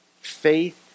Faith